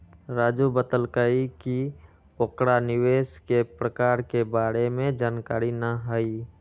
राजू बतलकई कि ओकरा निवेश के प्रकार के बारे में जानकारी न हई